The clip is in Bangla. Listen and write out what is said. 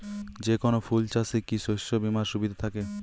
যেকোন ফুল চাষে কি শস্য বিমার সুবিধা থাকে?